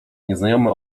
nieznajomy